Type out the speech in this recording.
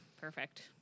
perfect